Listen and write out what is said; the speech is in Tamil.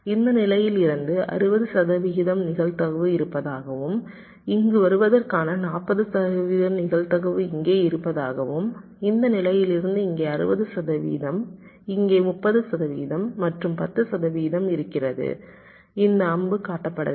இந்த நிலையில் இருந்து 60 சதவிகிதம் நிகழ்தகவு இருப்பதாகவும் இங்கு வருவதற்கான 40 சதவிகித நிகழ்தகவு இங்கே இருப்பதாகவும் இந்த நிலையிலிருந்து இங்கே 60 சதவீதம் இங்கே 30 சதவீதம் மற்றும் 10 சதவீதம் இருக்கிறது இந்த அம்பு காட்டப்படவில்லை